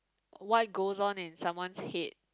why goes on in someone's head